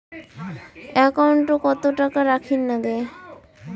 একাউন্টত কত টাকা রাখীর নাগে?